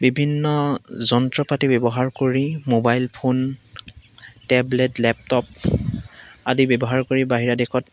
বিভিন্ন যন্ত্ৰ পাতি ব্যৱহাৰ কৰি মোবাইল ফোন টেবলেট লেপটপ আদি ব্যৱহাৰ কৰি বাহিৰা দেশত